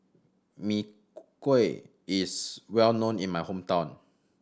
Mee Kuah is well known in my hometown